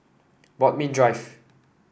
Bodmin Drive